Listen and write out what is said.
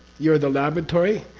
you're the laboratory,